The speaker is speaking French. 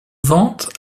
vente